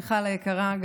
מיכל היקרה,